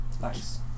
nice